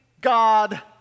God